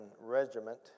Regiment